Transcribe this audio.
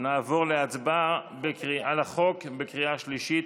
נעבור להצבעה על החוק בקריאה שלישית.